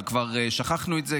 אבל כבר שכחנו את זה,